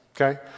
okay